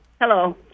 Hello